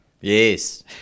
Yes